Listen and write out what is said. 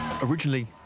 Originally